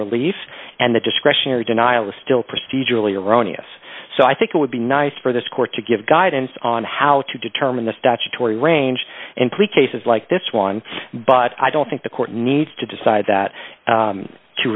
relief and the discretionary denial is still procedurally erroneous so i think it would be nice for this court to give guidance on how to determine the statutory range in plea cases like this one but i don't think the court needs to decide that